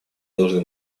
должны